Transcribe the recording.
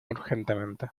urgentemente